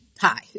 Hi